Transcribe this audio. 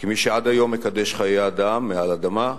כמי שעד היום מקדש חיי אדם מעל אדמה,